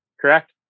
correct